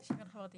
שוויון חברתי